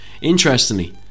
Interestingly